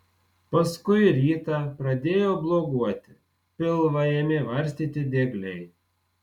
paskui rytą pradėjo bloguoti pilvą ėmė varstyti diegliai